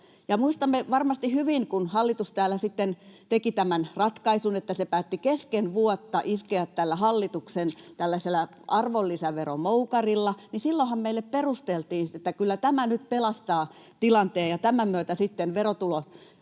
Muistamme varmasti hyvin, kun hallitus täällä sitten teki tämän ratkaisun, että se päätti kesken vuotta iskeä tällaisella hallituksen arvonlisäveromoukarilla, niin silloinhan meille perusteltiin, että kyllä tämä nyt pelastaa tilanteen ja tämän myötä sitten verotulot